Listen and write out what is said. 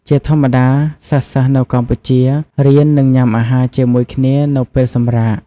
ជាធម្មតា សិស្សៗនៅកម្ពុជារៀន និងញុំអាហារជាមួយគ្នានៅពេលសម្រាក។